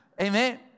Amen